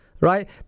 right